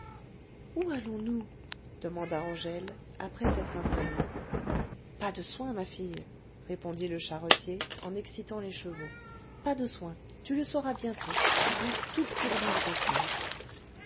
allons-nous demanda angèle après s'être installée pas de soin ma fille répondit le charretier en excitant les chevaux pas de soin tu le sauras bientôt un tout p'tit brin de patience